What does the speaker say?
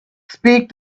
speak